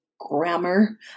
grammar